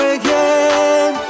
again